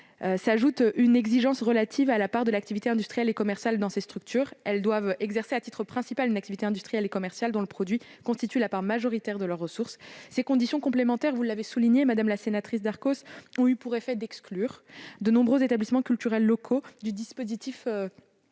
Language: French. s'ajoute une exigence relative à la part de l'activité industrielle et commerciale dans ces structures : elles doivent exercer à titre principal une activité industrielle et commerciale dont le produit constitue la part majoritaire de leurs ressources. Ces conditions complémentaires, vous l'avez souligné, madame la sénatrice, ont eu pour effet d'exclure de nombreux établissements culturels locaux du dispositif de